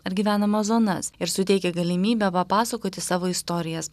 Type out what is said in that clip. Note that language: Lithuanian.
ar gyvenamas zonas ir suteikia galimybę papasakoti savo istorijas